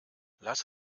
lass